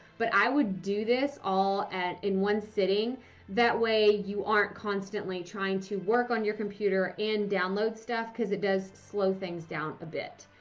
but i would do this all at. in one sitting that way you aren't constantly trying to work on your computer and download stuff because it does slow things down a bit.